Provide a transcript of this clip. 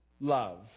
love